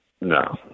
No